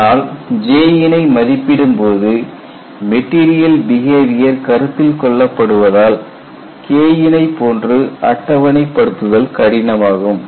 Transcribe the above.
ஆனால் J யினை மதிப்பிடும் போது மெட்டீரியல் பிஹேவியர் கருத்தில் கொள்ளப்படுவதால் K யினை போன்று அட்டவணை படுத்துதல் கடினமாகும்